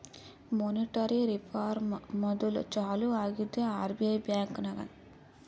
monetary reform module ಚಾಲೂ ಆಗಿದ್ದೆ RBI ಬ್ಯಾಂಕ್ನಾಗ್